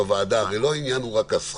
דיברנו כאן בוועדה שהעניין הוא לא רק הסכום,